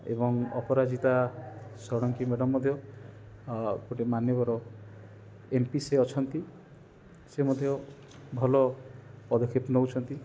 ଏବଂ ଅପରାଜିତା ଷଡ଼ଙ୍ଗୀ ମ୍ୟାଡ଼ାମ ମଧ୍ୟ ଗୋଟେ ମାନ୍ୟବର ଏମ୍ପି ସେ ଅଛନ୍ତି ସେ ମଧ୍ୟ ଭଲ ପଦକ୍ଷେପ ନେଉଛନ୍ତି